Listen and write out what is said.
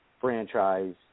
franchise